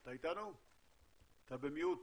אתה במיוט,